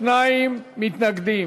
42 מתנגדים,